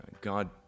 God